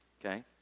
okay